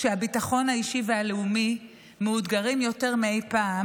כשהביטחון האישי והלאומי מאותגרים יותר מאי פעם